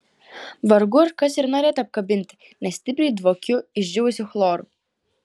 vargu ar kas ir norėtų apkabinti nes stipriai dvokiu išdžiūvusiu chloru